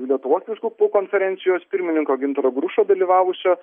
lietuvos vyskupų konferencijos pirmininko gintaro grušo dalyvavusio